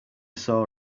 saw